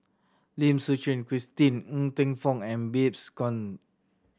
Lim Suchen Christine Ng Teng Fong and Babes Conde